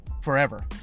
forever